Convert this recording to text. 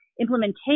Implementation